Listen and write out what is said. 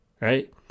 Right